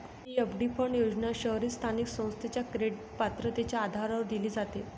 PFD fund योजना शहरी स्थानिक संस्थेच्या क्रेडिट पात्रतेच्या आधारावर दिली जाते